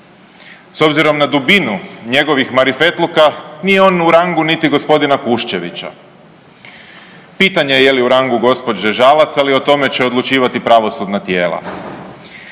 S obzirom na dubinu njegovih marifetluka nije on u rangu niti g. Kuščevića. Pitanje je je li u rangu gđe. Žalac, ali o tome će odlučivati pravosudna tijela.